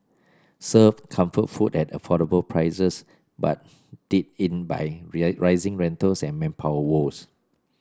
served comfort food at affordable prices but did in by rising rentals and manpower woes